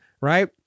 Right